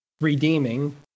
redeeming